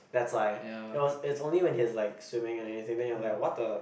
that's why it was it's only when he's like swimming and anything then you're like what the